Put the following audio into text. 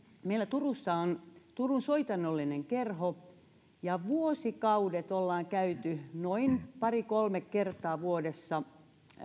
meillä turussa on turun soitannollinen kerho ja vuosikaudet olemme käyneet noin pari kolme kertaa vuodessa